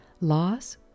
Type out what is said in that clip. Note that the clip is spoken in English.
loss